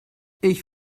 ich